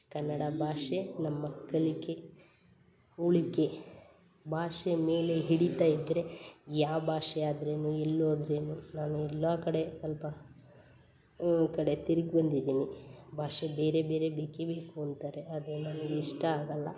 ಕನ್ನಡ ಭಾಷೆ ನಮ್ಮ ಕಲಿಕೆ ಉಳಿಕೆ ಭಾಷೆ ಮೇಲೆ ಹಿಡಿತಾ ಇದ್ದರೆ ಯಾವ ಭಾಷೆ ಆದ್ರೆ ಏನು ಎಲ್ಲಿ ಹೋದ್ರೆ ಏನು ನಾನು ಎಲ್ಲ ಕಡೆ ಸ್ವಲ್ಪ ಕಡೆ ತಿರ್ಗಿ ಬಂದಿದ್ದೀನಿ ಭಾಷೆ ಬೇರೆ ಬೇರೆ ಬೇಕೇ ಬೇಕು ಅಂತಾರೆ ಅದು ನನಗೆ ಇಷ್ಟ ಆಗಲ್ಲ